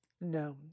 No